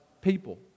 people